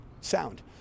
sound